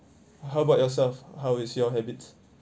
how about yourself how is your habits